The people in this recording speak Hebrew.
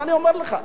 ואני אומר לך,